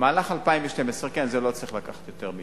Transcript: במהלך 2012. כן, זה לא צריך לקחת יותר משנה.